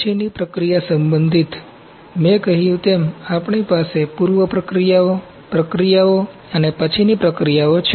પછીની પ્રક્રિયા સંબંધિત મેં કહ્યું તેમ આપની પાસે પૂર્વ પ્રક્રિયાઓ પ્રક્રિયાઓ અને પછીની પ્રક્રિયાઓ છે